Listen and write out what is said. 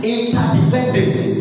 Interdependence